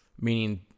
meaning